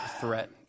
threat